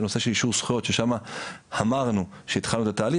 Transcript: הנושא של אישור זכויות ששם אמרנו שהתחלנו את התהליך